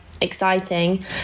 exciting